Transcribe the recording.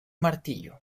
martillo